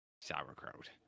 sauerkraut